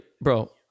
bro